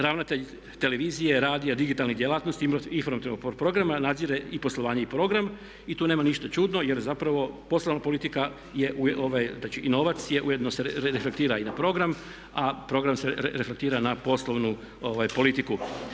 Ravnatelj televizije, radija, digitalnih djelatnosti, informativnog programa nadzire i poslovanje i tu nema ništa čudno jer zapravo poslovna politika i novac je ujedno se reflektira i na program a program se reflektira na poslovnu politiku.